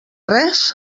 res